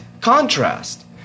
contrast